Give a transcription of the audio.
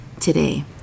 today